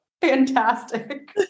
Fantastic